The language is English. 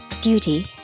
duty